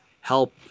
help